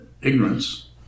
Ignorance